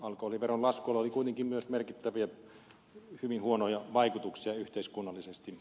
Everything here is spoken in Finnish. alkoholiveron laskulla oli kuitenkin myös merkittäviä hyvin huonoja vaikutuksia yhteiskunnallisesti